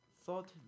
thought